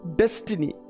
destiny